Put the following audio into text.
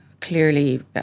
clearly